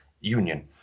Union